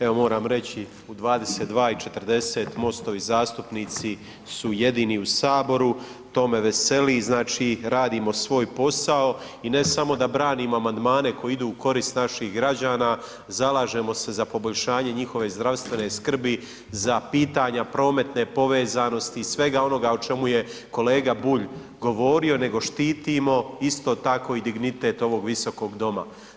Evo moram reći u 22 i 40 MOST-ovi zastupnici su jedini u Saboru, to me veseli, znači radimo svoj posao i ne samo da branimo amandmane koji idu u korist naših građana, zalažemo se za poboljšanje njihove zdravstvene skrbi, za pitanja prometne povezanosti, svega onoga o čemu je kolega Bulj govorio nego štitimo isto tako i dignitet ovog Visokog doma.